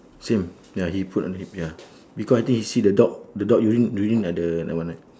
same ya he put on the hip ya because I think he see the dog the dog urine urine at the that one right